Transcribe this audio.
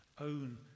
own